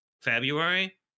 February